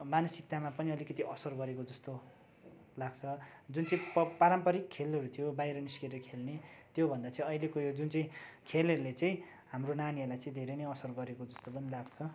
मानसिक्तामा पनि अलिकति असर गरेको जस्तो लाग्छ जुन चाहिँ प पारम्पारिक खेलहरू थियो बाहिर निस्किएर खेल्ने त्योभन्दा चाहिँ अहिलेको यो जुन चाहिँ खेलहरूले चाहिँ हाम्रो नानीहरूलाई चाहिँ धेरै नै असर गरेको जस्तो पनि लाग्छ